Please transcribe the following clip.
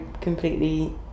completely